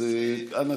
אז אנא,